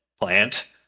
plant